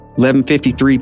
11.53